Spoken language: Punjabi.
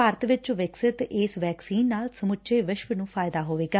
ਭਾਰਤ ਵਿਚ ਵਿਕਸਿਤ ਇਸ ਵੈਕਸੀਨ ਨਾਲ ਸਮੁੱਚੇ ਵਿਸ਼ਵ ਨੂੰ ਫ਼ਾਇਦਾ ਹੋਵੇਗਾ